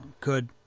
good